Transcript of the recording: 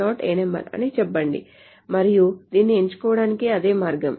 ano అని చెప్పండి మరియు దీన్ని ఎంచుకోవడానికి అదే మార్గం